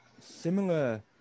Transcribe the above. similar